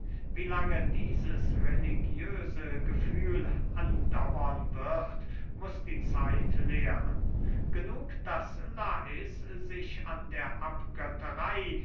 wie lange dieses religiöse gefühl dauern wird muß die zeit lehren genug daß lais sich an der abgötterey